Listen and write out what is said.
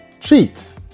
cheats